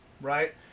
right